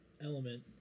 Element